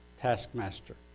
taskmaster